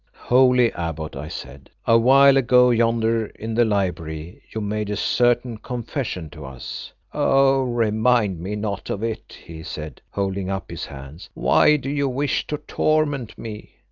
holy abbot, i said, awhile ago yonder in the library you made a certain confession to us. oh! remind me not of it, he said, holding up his hands. why do you wish to torment me?